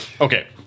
Okay